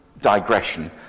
digression